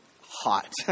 hot